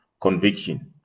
conviction